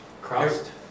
crossed